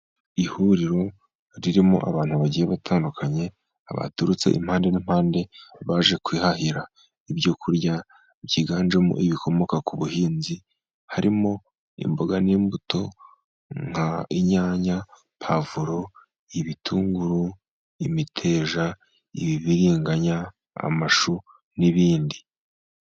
Ihuriro ririmo abantu bagiye batandukanye, baturutse impande n'impande baje kwihahira ibyo kurya, byiganjemo ibikomoka ku buhinzi, harimo imboga n'imbuto, nk'inyanya, pavuro, ibitunguru, imiteja, ibiriganya, amashu n'ibindi.